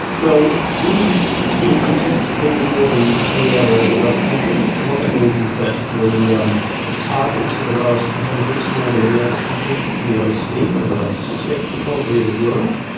well, we income test things more than any other developed country and what that means is that we um target to the lowest income groups more than any other country in the oecd and i suspect probably the world.